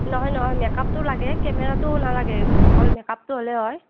নহয় নহয় মেকআপটো লাগে কেমেৰাটো নেলাগে অকল মেকআপটো হ'লে হয়